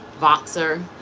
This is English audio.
voxer